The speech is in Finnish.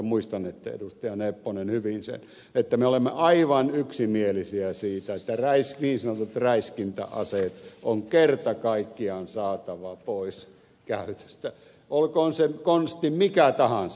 nepponen hyvin sen että me olimme aivan yksimielisiä siitä että niin sanotut räiskintäaseet on kerta kaikkiaan saatava pois käytöstä olkoon se konsti mikä tahansa